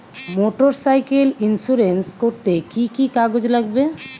Motorcycle insurance করতে কি কি কাগজ লাগবে?